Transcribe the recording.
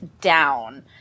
down